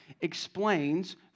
explains